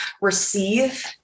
receive